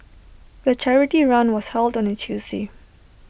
the charity run was held on A Tuesday